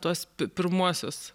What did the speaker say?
tuos pirmuosius